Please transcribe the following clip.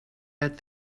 let